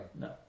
No